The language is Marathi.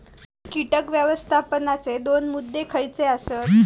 कीटक व्यवस्थापनाचे दोन मुद्दे खयचे आसत?